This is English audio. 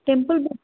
temple